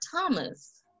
Thomas